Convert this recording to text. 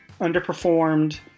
underperformed